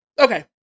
okay